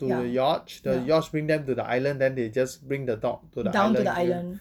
to the yatch the yacht bring them to the island then they just bring the dog to the island